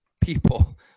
people